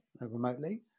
remotely